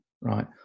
Right